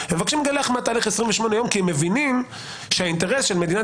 הם מבקשים לגלח מהתהליך 28 יום כי הם מבינים שהאינטרס של מדינת